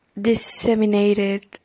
disseminated